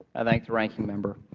i thank the ranking member.